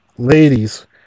Ladies